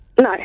No